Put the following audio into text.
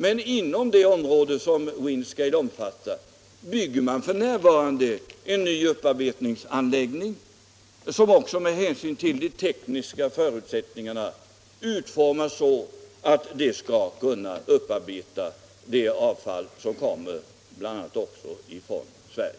Men inom det område som Windscale omfattar bygger man just nu en ny upparbetningsanläggning, som också med hänsyn till de tekniska förutsättningarna utformas så, att den skall kunna upparbeta det avfall som kommer bl.a. från Sverige.